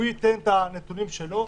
הוא ייתן את הנתונים שלו,